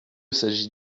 s’agit